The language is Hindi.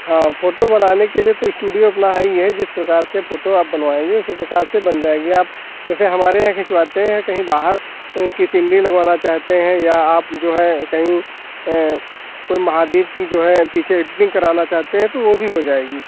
हाँ फोटो बनाने के लिए तो स्टूडियो अपना है ही है जिस प्रकार से फोटो आप बनवाएंगे उसी प्रकार से बन जाएगी आप जैसे हमारे यहाँ खिंचवाते हैं कहीं बाहर की सिनरी लगवाना चाहते है या आप जो है कहीं कोई महादीप कि जो है पीछे एडिटिंग कराना चाहते हैं तो वो भी हो जाएगी